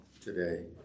today